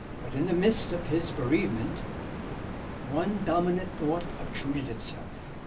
but in the midst of his bereavement one dominant thought obtruded itself.